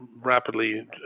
rapidly